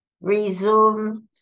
resumed